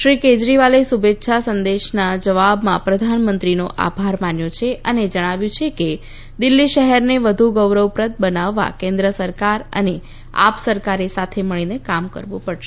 શ્રી કેજરીવાલે શુભેચ્છા સંદેશના જવાબમાં પ્રધાનમંત્રીનો આભાર માન્યો છે અને જણાવ્યું છે કે દિલ્હી શહેરને વધુ ગૌરવપ્રદ બનાવવા કેન્દ્ર સરકાર અને આપ સરકારે સાથે મળીને કામ કરવું પડશે